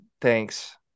thanks